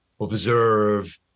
observe